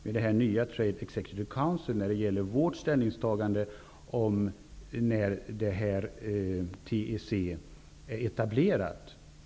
Jag tycker att det skall kopplas ihop med Transitional Executive Council, TEC, när detta är etablerat.